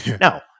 Now